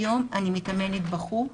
היום אני מתאמנת בחוץ